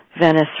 Venice